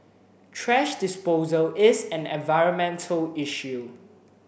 thrash disposal is an environmental issue